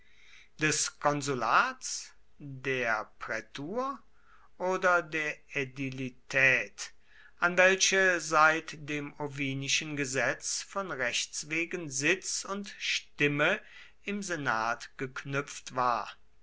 des konsulats der prätur oder der ädilität an welche seit dem ovinischen gesetz von rechts wegen sitz und stimme im senat geknüpft war